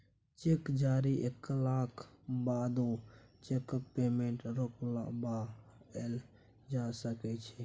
cheque जारी कएलाक बादो चैकक पेमेंट रोकबाएल जा सकै छै